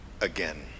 Again